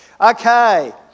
Okay